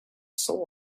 soul